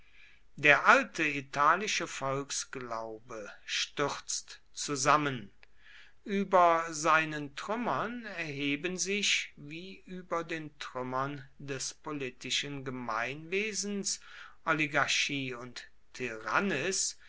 der alte italische volksglaube stürzt zusammen über seinen trümmern erheben sich wie über den trümmern des politischen gemeinwesens oligarchie und